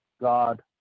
God